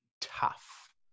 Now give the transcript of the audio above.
tough